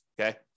Okay